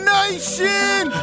Nation